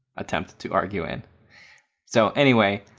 attempt to argue in so anyway,